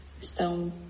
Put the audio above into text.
estão